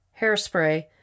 Hairspray